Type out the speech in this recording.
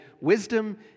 wisdom